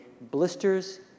blisters